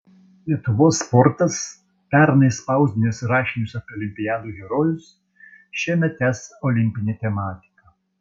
lietuvos sportas pernai spausdinęs rašinius apie olimpiadų herojus šiemet tęs olimpinę tematiką